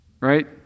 right